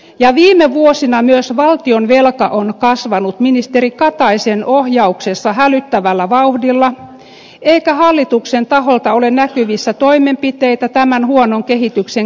ja viime vuosina myös valtionvelka on kasvanut ministeri kataisen ohjauksessa hälyttävällä vauhdilla eikä hallituksen taholta ole näkyvissä toimenpiteitä tämän huonon kehityksen kääntämiseksi